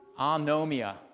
anomia